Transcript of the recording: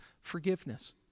forgiveness